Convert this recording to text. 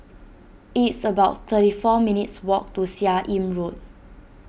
it's about thirty four minutes' walk to Seah Im Road